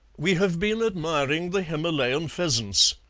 we have been admiring the himalayan pheasants,